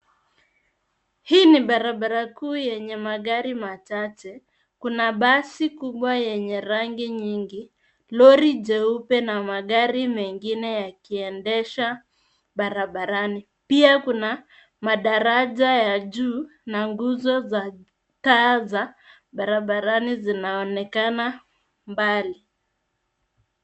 Hii ni barabara kuu yenye magari machache, kuna basi kubwa yenye rangi nyingi, lori jeupe na magari mengine yakiendesha barabarani, pia kuna madaraja ya juu na nguzo za taa za barabrani zinaonekana mbali.